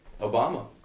Obama